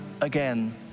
again